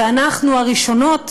ואנחנו הראשונות,